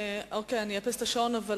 אאפס את השעון.